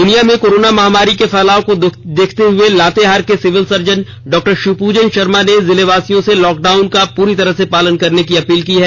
दुनिया में कोरोना महामारी के फैलाव को देखते हुए लातेहार के सिविल सर्जन डॉ शिव पुजन शर्मा ने जिलेवासियों से लॉक डाउन का पूरी तरह से पालन करने की अपील की है